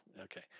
Okay